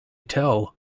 tell